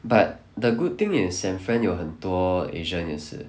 but the good thing is san fran 有很多 asian 也是